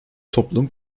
toplum